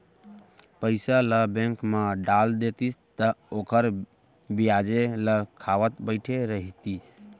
पइसा ल बेंक म डाल देतिस त ओखर बियाजे ल खावत बइठे रहितिस